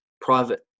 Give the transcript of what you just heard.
private